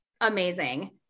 amazing